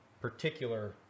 particular